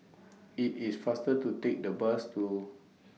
IT IS faster to Take The Bus to